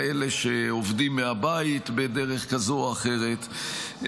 כאלה שעובדים מהבית בדרך כזו או אחרת,